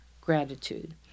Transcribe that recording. gratitude